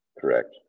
Correct